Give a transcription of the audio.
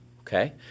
okay